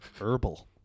Herbal